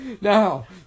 Now